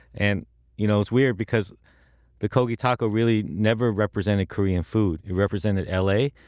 and you know it's weird because the kogi taco really never represented korean food it represented l a.